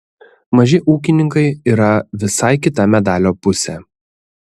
maži ūkininkai yra visai kita medalio pusė